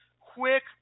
quick